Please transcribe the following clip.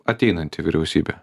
ateinanti vyriausybė